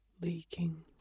leaking